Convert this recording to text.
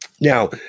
Now